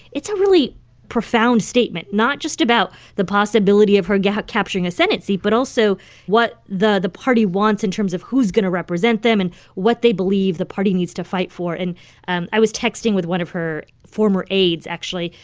it's a really profound statement not just about the possibility of her yeah capturing a senate seat but also what the the party wants in terms of who's going to represent them and what they believe the party needs to fight for. and and i was texting with one of her former aides, actually,